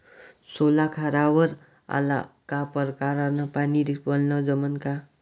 सोला खारावर आला का परकारं न पानी वलनं जमन का?